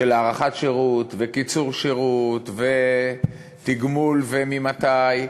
של הארכת שירות, וקיצור שירות, ותגמול, וממתי,